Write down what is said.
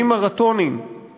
דיונים מרתוניים